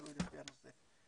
תלוי לפי הנושא,